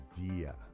idea